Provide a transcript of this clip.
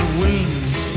wings